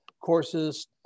courses